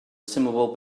estimable